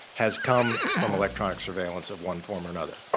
has come from electronic surveillance of one form or another,